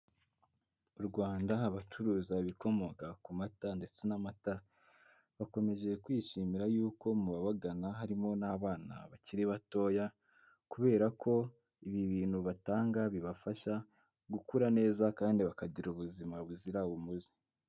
Mu Rwanda abacuruza ibikomoka ku mata ndetse n'amata bakomeje kwishimira yuko mu babagana harimo n'abana bakiri batoya kubera ko ibi bintu batanga bibafasha gukura neza kandi bakagira ubuzima buzira umuze.